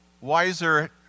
wiser